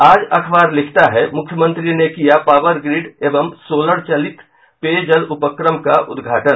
आज अखबार लिखता है मुख्यमंत्री ने किया पावरग्रिड एवं सोलर चलित पेयजल उपक्रम का उद्घाटन